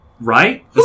right